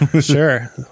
sure